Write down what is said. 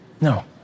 No